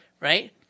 right